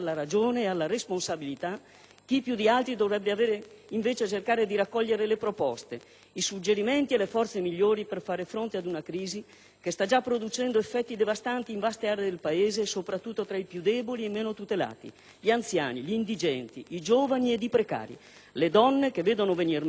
chi più di altri dovrebbe invece cercare di raccogliere le proposte, i suggerimenti e le forze migliori per far fronte ad una crisi che sta già producendo effetti devastanti in vaste aree del Paese e soprattutto tra i più deboli ed i meno tutelati: gli anziani, gli indigenti, i giovani e i precari, le donne che vedono venir meno i servizi sociali e il lavoro.